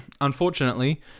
unfortunately